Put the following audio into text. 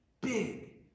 big